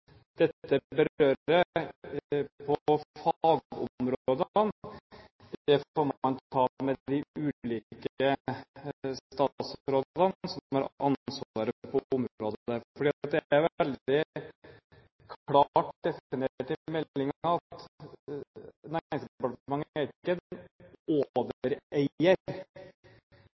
dette berører, får man ta med de ulike statsrådene som har ansvaret på området. For det er veldig klart definert i meldingen at Næringsdepartementet ikke er